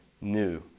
new